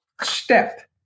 step